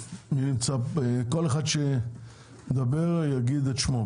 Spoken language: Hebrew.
כל אחד שמדבר יגיד את שמו,